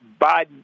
Biden